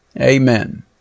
amen